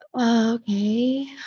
Okay